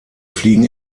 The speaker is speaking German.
fliegen